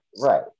right